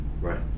Right